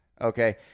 Okay